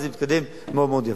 וזה מתקדם מאוד מאוד יפה.